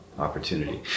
opportunity